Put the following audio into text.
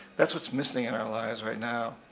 that's what's missing in our lives right now.